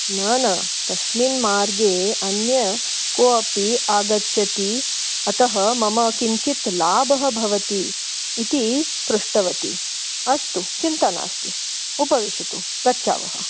न न तस्मिन् मार्गे अन्यः कोऽपि आगच्छति अतः मम किञ्चित् लाभः भवति इति पृष्टवती अस्तु चिन्ता नास्ति उपविशतु गच्छावः